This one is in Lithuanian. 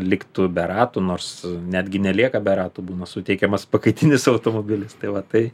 liktų be ratų nors netgi nelieka be ratų būna suteikiamas pakaitinis automobilis tai va tai